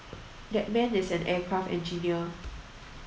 that man is an aircraft engineer